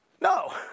No